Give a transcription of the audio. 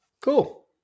Cool